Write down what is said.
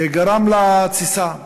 גרמו לתסיסה,